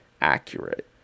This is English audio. accurate